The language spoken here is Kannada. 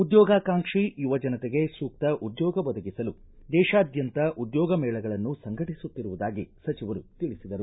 ಉದ್ಯೋಗಾಕಾಂಕ್ಷಿ ಯುವಜನತೆಗೆ ಸೂಕ್ತ ಉದ್ಯೋಗ ಒದಗಿಸಲು ದೇಶಾದ್ದಂತ ಉದ್ಯೋಗ ಮೇಳಗಳನ್ನು ಸಂಘಟಿಸುತ್ತಿರುವುದಾಗಿ ಸಚಿವರು ತಿಳಿಸಿದರು